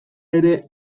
ere